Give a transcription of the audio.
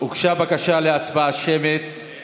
הוגשה בקשה להצבעה שמית.